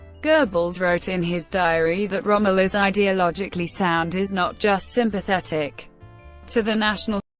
goebbels wrote in his diary that rommel is ideologically sound, is not just sympathetic to the national